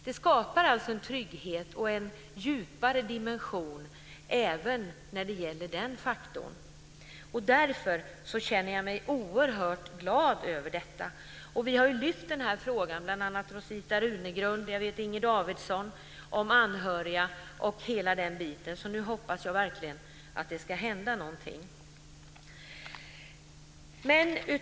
Det skapar en trygghet och en djupare dimension även när det gäller den faktorn. Därför känner jag mig oerhört glad över detta. Vi har lyft fram den här frågan, bl.a. Rosita Runegrund och Inger Davidson, om anhöriga och hela den biten, så nu hoppas jag verkligen att det ska hända någonting.